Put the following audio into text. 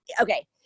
okay